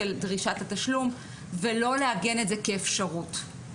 של דרישת התשלום ולא לעגן את זה כאפשרות.